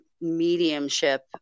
mediumship